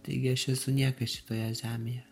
taigi aš esu niekas šitoje žemėje